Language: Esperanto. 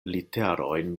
literojn